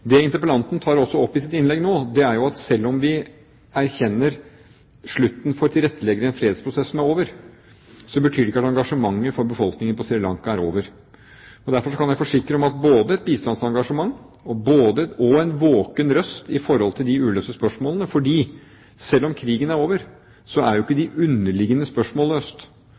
Det interpellanten også tar opp i sitt innlegg nå, er at selv om vi erkjenner slutten for tilrettelegging av en fredsprosess som er over, så betyr ikke det at engasjementet for befolkningen på Sri Lanka er over. Derfor kan jeg forsikre om både et bistandsengasjement og en våken røst når det gjelder de uløste spørsmålene, fordi selv om krigen er over, er ikke de underliggende spørsmål løst.